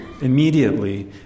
Immediately